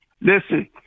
Listen